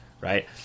right